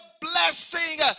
blessing